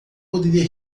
poderia